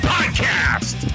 Podcast